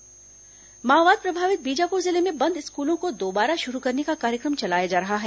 Bijapur school माओवाद प्रभावित बीजापुर जिले में बंद स्कूलों को दोबारा शुरू करने का कार्यक्रम चलाया जा रहा है